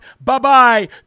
Bye-bye